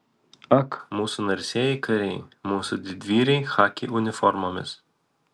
ak mūsų narsieji kariai mūsų didvyriai chaki uniformomis